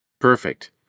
Perfect